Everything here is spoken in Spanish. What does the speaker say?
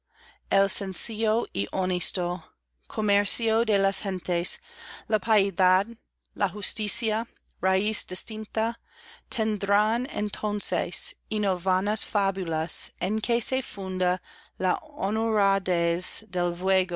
el sencillo y honesto comercio de las gentes la piedad la justicia raiz distinta tendrán entonces y no vanas fábulas tn que se funda la